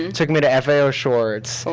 and took me to fal shorts,